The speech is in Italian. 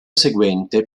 seguente